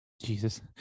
Jesus